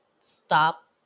stop